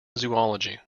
zoology